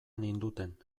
ninduten